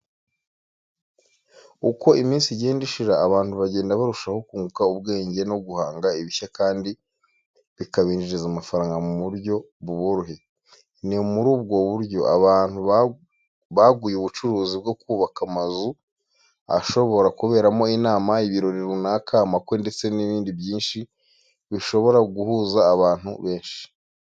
Uko iminsi igenda ishira abantu bagenda barushaho kunguka ubwenge no guhanga ibishya kandi bikabinjiriza amafaranga mu buryo buboroheye. Ni muri ubwo buryo abantu baguye ubucuruzi bwo kubaka amazu ashobora kuberamo inama, ibirori runaka, amakwe, ndetse n'ibindi byinshi bishobora guhuza abantu benshi.